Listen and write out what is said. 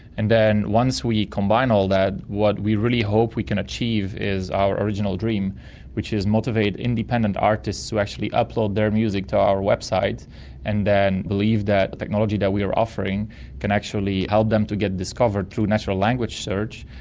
and then once we combine all that, what we really hope we can achieve is our original dream which is motivate independent artists to actually upload their music to our website and then believe that the technology that we are offering can actually help them to get discovered through natural language search,